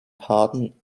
pardon